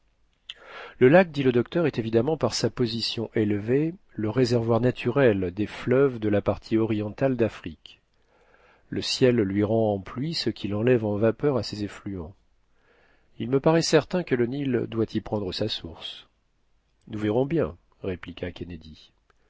le lac dit le docteur est évidemment par sa position élevée le réservoir naturel des fleuves de la partie orientale d'afrique le ciel lui rend en pluie ce qu'il enlève en vapeurs à ses effluents il me paraît certain que le nil doit y prendre sa source nous verrons bien répliqua kennedy